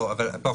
התאמה או חריג?